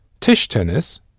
Tischtennis